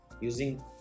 using